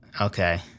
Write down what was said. okay